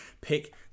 pick